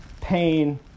pain